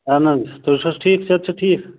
اہن حظ تُہۍ چھُو حظ ٹھیٖک صحت چھا ٹھیٖک